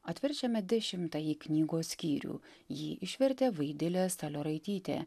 atverčiame dešimtąjį knygos skyrių jį išvertė vaidilė salioraitytė